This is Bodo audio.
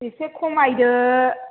एसे खमायदो